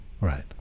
right